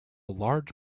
large